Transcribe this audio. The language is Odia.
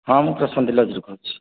ହଁ ମୁଁ ପ୍ରଶାନ୍ତି ଲଜ୍ରୁ କହୁଛି